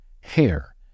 hair